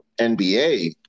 NBA